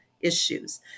issues